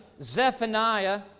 Zephaniah